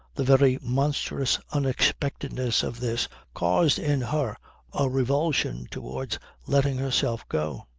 the very monstrous unexpectedness of this caused in her a revulsion towards letting herself go.